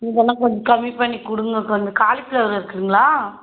இதெல்லாம் கொஞ்சம் கம்மி பண்ணிக் கொடுங்க கு இந்த காலிஃப்ளவர் இருக்குதுங்களா